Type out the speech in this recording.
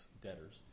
debtors